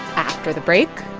after the break,